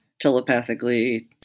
telepathically